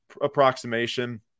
approximation